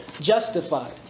justified